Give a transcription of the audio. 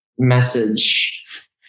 Message